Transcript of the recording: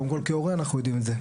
קודם כל כהורה אנחנו יודעים את זה,